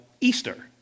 Easter